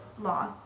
law